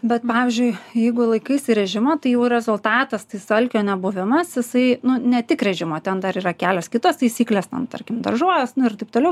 bet pavyzdžiui jeigu laikaisi režimo tai jau rezultatas alkio nebuvimas jisai nu ne tik režimo ten dar yra kelios kitos taisyklės ten tarkim daržovės ir taip toliau